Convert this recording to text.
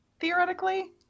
theoretically